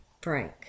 Frank